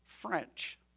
French